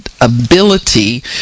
ability